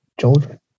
children